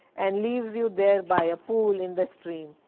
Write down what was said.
and leaves you there by a pool in the stream.